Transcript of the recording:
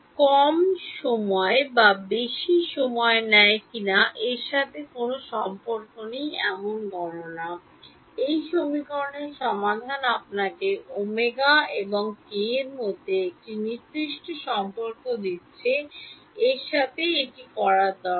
কম সময় বা বেশি সময় নেয় কিনা এর সাথে কোনও সম্পর্ক নেই এমন গণনা এই সমীকরণের সমাধান আপনাকে ω এবং k এর মধ্যে একটি নির্দিষ্ট সম্পর্ক দিচ্ছে এর সাথে এটি করার দরকার